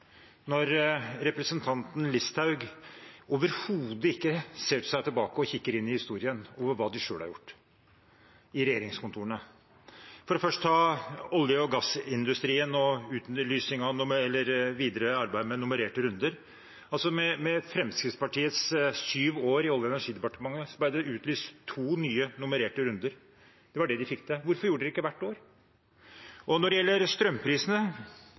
når representanten Listhaug overhodet ikke ser seg tilbake og kikker inn i historien over hva de selv har gjort i regjeringskontorene. La meg først ta olje- og gassindustrien og videre arbeid med nummererte runder: Med Fremskrittspartiets syv år i Olje- og energidepartementet ble det utlyst to nye nummererte runder. Det var det de fikk til. Hvorfor gjorde de det ikke hvert år? Og når det gjelder strømprisene: